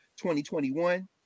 2021